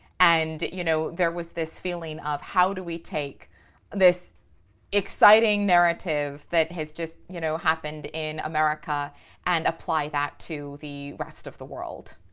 and you know, there was this feeling of how do we take this exciting narrative that has just you know happened in america and apply that to the rest of the world?